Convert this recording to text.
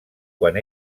quan